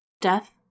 death